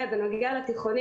הקפסולות בתיכונים